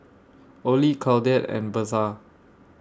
Olie Claudette and Birtha